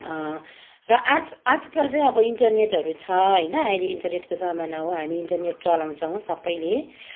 र आज आजकाल चाहिँ अब इन्टरनेटहरू छ होइन अहिले इन्टरनेटको जमाना हो हामी इन्टरनेट चलाउँछौँ सबैले